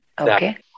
Okay